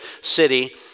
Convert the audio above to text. city